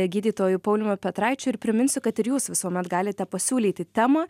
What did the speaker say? gydytoju pauliumi petraičiui ir priminsiu kad ir jūs visuomet galite pasiūlyti temą